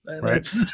Right